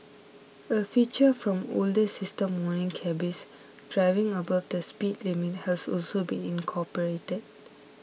a feature from older system warning cabbies driving above the speed limit has also been incorporated